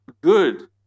good